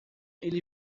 ele